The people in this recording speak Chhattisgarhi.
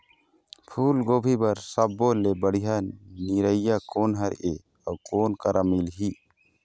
फूलगोभी बर सब्बो ले बढ़िया निरैया कोन हर ये अउ कोन करा मिलही?